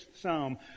psalm